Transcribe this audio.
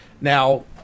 Now